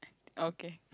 okay